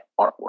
artwork